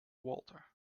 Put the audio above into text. walter